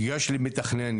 יש לי מתכנן,